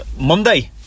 Monday